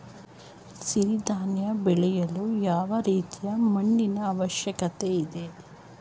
ಸಿರಿ ಧಾನ್ಯ ಬೆಳೆಯಲು ಯಾವ ರೀತಿಯ ಮಣ್ಣಿನ ಅವಶ್ಯಕತೆ ಇದೆ?